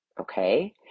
Okay